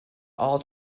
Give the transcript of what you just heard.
all